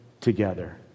together